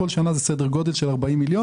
כל שנה זה סדר גודל של 40 מיליון.